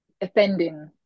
offending